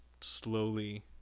slowly